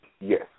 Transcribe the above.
yes